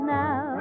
now